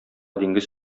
диңгез